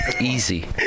easy